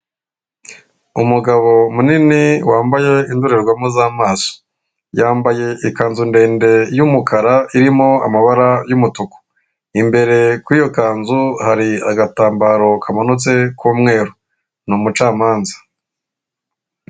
Umugabo munini wambaye indorerwamo z'amaso yambaye ikanzu ndende y'umukara irimo amabara y'umutuku, imbere ku iyo kanzu hari agatambaro kamanutse k'umweru ni umucamanza.